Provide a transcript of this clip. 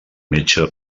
metge